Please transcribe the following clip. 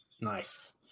Nice